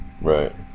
Right